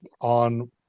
on